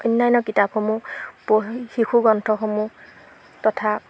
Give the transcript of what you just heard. অন্যান্য কিতাপসমূহ পঢ়ি শিশু গ্ৰন্থসমূহ তথা